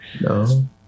No